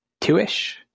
two-ish